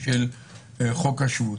של חוק השבות.